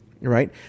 Right